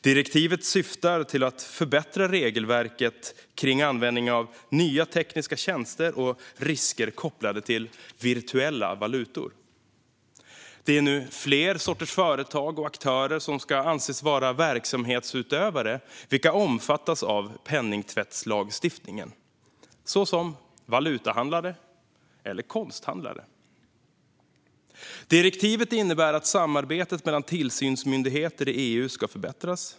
Direktivet syftar till att förbättra regelverket kring användningen av nya tekniska tjänster och risker kopplade till virtuella valutor. Det är nu fler sorters företag och aktörer som ska anses vara verksamhetsutövare vilka omfattas av penningtvättslagstiftningen, till exempel valutahandlare och konsthandlare. Direktivet innebär att samarbetet mellan tillsynsmyndigheter i EU ska förbättras.